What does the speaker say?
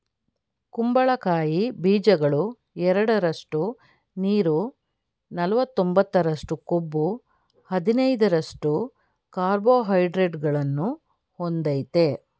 ಕುಂಬಳಕಾಯಿ ಬೀಜಗಳು ಎರಡರಷ್ಟು ನೀರು ನಲವತ್ತೊಂಬತ್ತರಷ್ಟು ಕೊಬ್ಬು ಹದಿನೈದರಷ್ಟು ಕಾರ್ಬೋಹೈಡ್ರೇಟ್ಗಳನ್ನು ಹೊಂದಯ್ತೆ